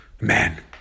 man